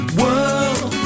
world